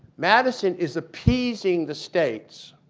madison is appeasing the states,